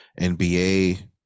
NBA